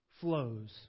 flows